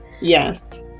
yes